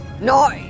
No